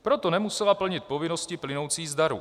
Proto nemusela plnit povinnosti plynoucí z darů.